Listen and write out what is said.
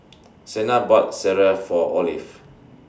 Sena bought Sireh For Olive